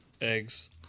eggs